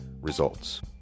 Results